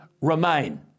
Remain